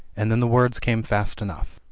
and then the words came fast enough.